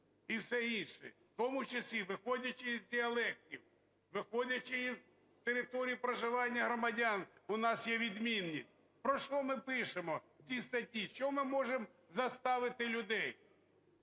і все інше, в тому числі виходячи із діалектів, виходячи з території проживання громадян, у нас є відмінність. Про що ми пишемо ті статті? Що ми можемо заставити людей?